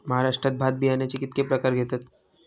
महाराष्ट्रात भात बियाण्याचे कीतके प्रकार घेतत?